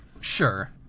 Sure